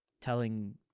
telling